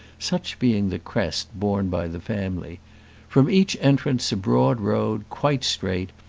such being the crest borne by the family from each entrance a broad road, quite straight,